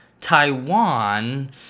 Taiwan